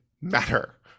matter